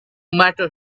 matter